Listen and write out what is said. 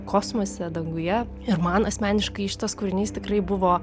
kosmose danguje ir man asmeniškai šitas kūrinys tikrai buvo